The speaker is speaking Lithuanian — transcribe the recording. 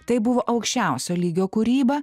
tai buvo aukščiausio lygio kūryba